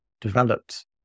developed